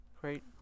Great